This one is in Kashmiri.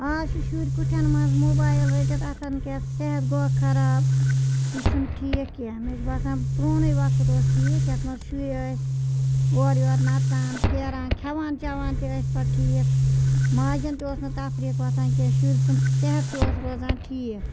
آز چھِ شُرۍ کُٹھیٚن مَنٛز موبایِل رٔٹِتھ اَتھَن کیتھ صحت گوکھ خَراب یہِ چھُنہٕ ٹھیٖک کینٛہہ مےٚ چھُ باسان پرونٕے وَقت اوس ٹھیک یَتھ مَنٛز شُرۍ ٲسۍ اورٕ یورٕ نَژان پھیران کھیٚوان چَیٚوان تہٕ ٲسۍ پَتہٕ ٹھیک ماجَن تہِ اوس نہٕ تَفریٖق وۄتھان کینٛہہ شُرۍ سُنٛد صحت تہِ اوس روزان ٹھیٖک